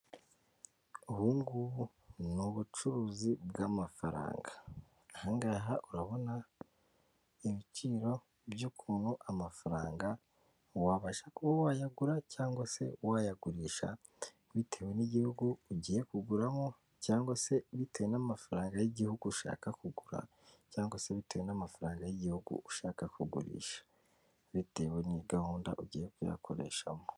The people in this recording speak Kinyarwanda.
Ubu ngubu ni ubucuruzi bw'amafaranga, aha ngaha urabona ibiciro by'ukuntu amafaranga wabasha kuba wayagura cyangwa se wayagurisha bitewe n'igihugu ugiye kuguramo cyangwa se bitewe n'amafaranga y'igihugu ushaka kugura, cyangwa se bitewe n'amafaranga y'igihugu ushaka kugurisha bitewe ni igahunda ugiye kuyakoreshamo.